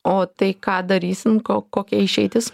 o tai ką darysim ko kokia išeitis